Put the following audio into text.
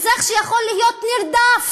אזרח שיכול להיות נרדף